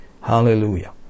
Hallelujah